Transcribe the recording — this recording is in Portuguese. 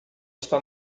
está